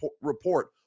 report